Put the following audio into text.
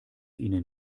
ihnen